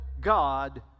God